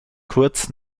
kurz